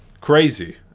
Crazy